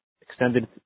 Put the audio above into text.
extended